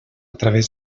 través